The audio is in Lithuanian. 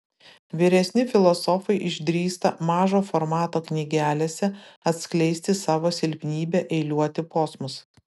vyresni filosofai išdrįsta mažo formato knygelėse atskleisti savo silpnybę eiliuoti posmus